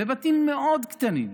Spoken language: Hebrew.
בבתים מאוד קטנים.